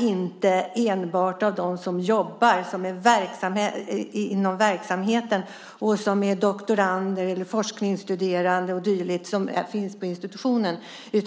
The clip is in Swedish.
inte enbart bland doktorander och forskarstuderande och dylikt som jobbar i verksamheten.